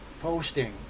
posting